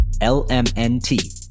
L-M-N-T